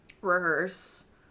rehearse